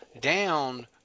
down